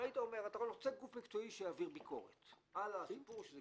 אם היית אומר שאתה עושה גוף מקצועי שיעביר ביקורת גזבר,